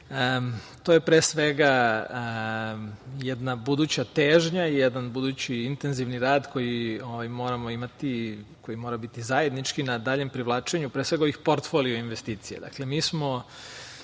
To je pre svega jedna buduća težnja, jedan budući intenzivni rad koji moramo imati, koji mora biti zajednički na daljem privlačenju pre svega ovih portfoli investicija. Dakle,